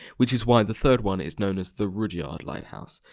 which is why the third one is known as the rudyard lighthouse.